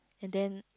and then